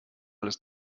alles